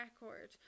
record